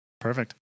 Perfect